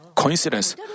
coincidence